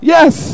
Yes